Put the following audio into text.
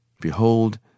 Behold